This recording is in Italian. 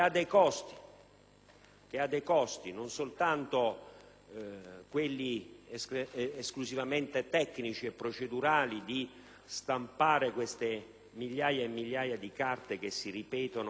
ha dei costi e non soltanto quelli esclusivamente tecnici e procedurali legati alla stampa delle migliaia e migliaia di carte che si ripetono e si aggiungono: